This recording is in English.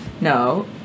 No